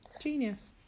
genius